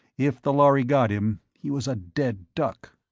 if the lhari got him, he was a dead duck.